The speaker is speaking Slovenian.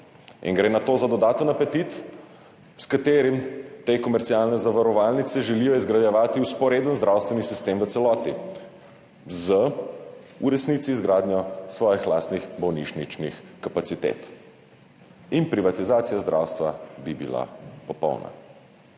in gre nato za dodaten apetit, s katerim te komercialne zavarovalnice želijo izgrajevati vzporeden zdravstveni sistem v celoti, v resnici z izgradnjo svojih lastnih bolnišničnih kapacitet. In privatizacija zdravstva bi bila popolna.